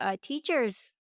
teachers